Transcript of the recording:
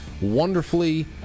wonderfully